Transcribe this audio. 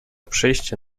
przyjście